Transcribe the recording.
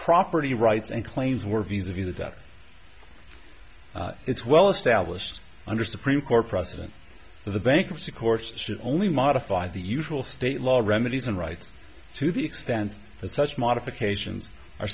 property rights and claims were visa v the death it's well established under supreme court precedent the bankruptcy courts only modify the usual state law remedies and rights to the extent that such modifications are